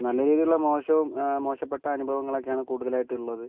നല്ല രീതിലുള്ള മോശവും മോശപ്പെട്ട അനുഭവങ്ങളൊക്കെയാണ് കുടുതലായിട്ടും ഉള്ളത്